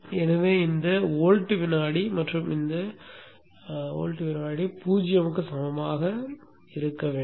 எனவே இந்த வோல்ட் வினாடி மற்றும் இந்த வோல்ட் வினாடி 0 க்கு சமமாக இருக்க வேண்டும்